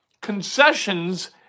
concessions